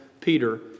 Peter